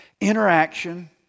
interaction